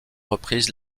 reprises